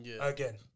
Again